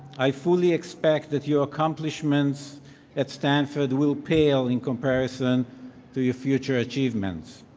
i fully expect that your accomplishments that stand for the will pale in comparison to your future achievements.